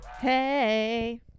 hey